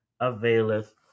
availeth